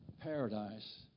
paradise